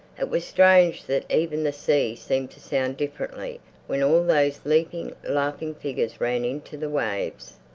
it was strange that even the sea seemed to sound differently when all those leaping, laughing figures ran into the waves.